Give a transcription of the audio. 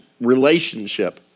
relationship